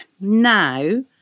now